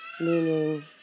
meaning